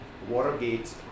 Watergate